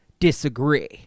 disagree